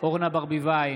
אורנה ברביבאי,